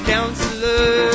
Counselor